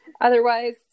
otherwise